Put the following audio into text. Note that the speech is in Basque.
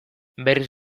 berriz